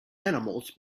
animals